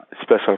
special